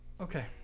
Okay